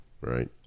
right